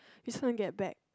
you just wanna get back